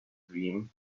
dream